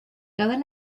todas